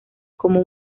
como